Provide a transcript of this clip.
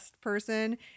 person